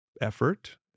effort